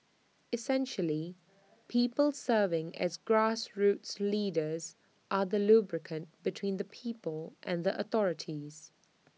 essentially people serving as grassroots leaders are the lubricant between the people and the authorities